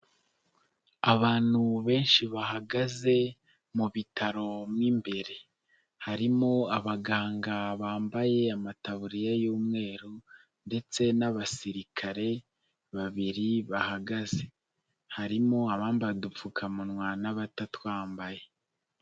Abantu benshi bahagaze mu bitaro mo imbere, harimo abaganga bambaye amataburiya y'umweru ndetse n'abasirikare babiri bahagaze, harimo abambaye udupfukamunwa n'abatatwambaye.